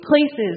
places